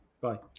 Bye